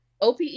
OPE